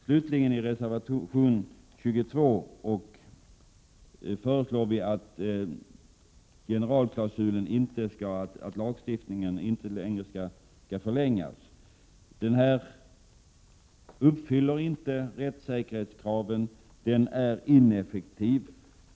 Slutligen föreslås i reservation 22 att generalklausulen, dvs. lagen mot skatteflykt, inte skall förlängas. Lagen uppfyller inte rättssäkerhetskraven, och den är ineffektiv.